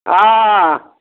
हँ